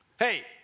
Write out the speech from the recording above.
Hey